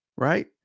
Right